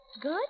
Good